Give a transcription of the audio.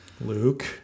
Luke